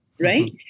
Right